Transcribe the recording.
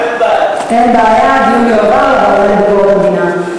אין בעיה, הדיון יועבר לוועדה לביקורת המדינה.